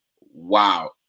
Wow